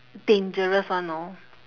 dangerous [one] know